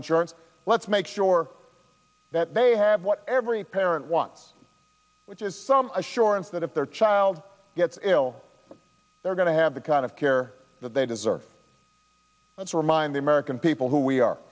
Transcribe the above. insurance let's make sure that they have what every parent wants which is some assurance that if their child gets ill they're going to have the kind of care that they deserve that's remind the american people who we are